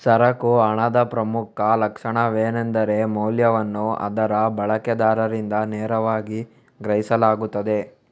ಸರಕು ಹಣದ ಪ್ರಮುಖ ಲಕ್ಷಣವೆಂದರೆ ಮೌಲ್ಯವನ್ನು ಅದರ ಬಳಕೆದಾರರಿಂದ ನೇರವಾಗಿ ಗ್ರಹಿಸಲಾಗುತ್ತದೆ